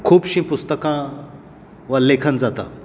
खुबशीं पुस्तकां वा लेखन जाता